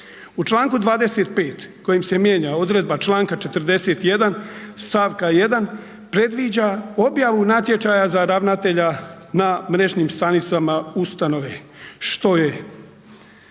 u članku 25. kojim se mijenja odredba članka 41. stavka 1. predviđa objavu natječaja za ravnatelja na mrežnim stranicama ustanove što je,